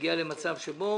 ולהגיע למצב שבו